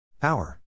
Power